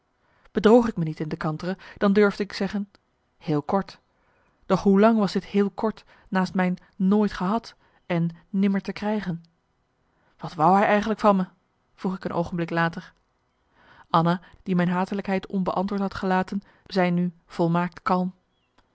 bedroog ik me niet in de kantere dan durfde ik zeggen heel kort doch hoe lang was dit heel kort naast mijn nooit gehad en nimmer te krijgen wat wou hij eigenlijk van me vroeg ik een oogenblik later anna die mijn hatelijkheid onbeantwoord had gelaten zei nu volmaakt kalm